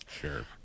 Sure